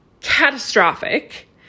catastrophic